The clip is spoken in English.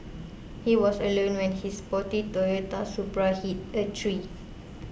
he was alone when his sporty Toyota Supra hit a tree